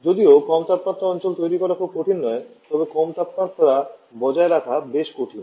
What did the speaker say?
যদিও কম তাপমাত্রা অঞ্চল তৈরি করা খুব কঠিন নয় তবে কম তাপমাত্রা বজায় রাখা বেশি কঠিন